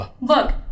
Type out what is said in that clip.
look